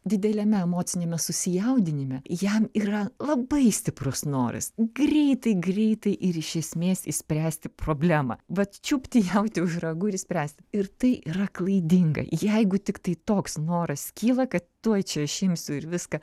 dideliame emociniame susijaudinime jam yra labai stiprus noras greitai greitai ir iš esmės išspręsti problemą vat čiupti jautį už ragų ir išspręsti ir tai yra klaidinga jeigu tiktai toks noras kyla kad tuoj čia aš imsiu ir viską